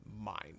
mind